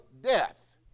death